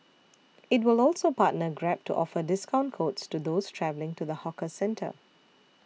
it will also partner Grab to offer discount codes to those travelling to the hawker centre